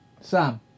Sam